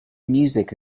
music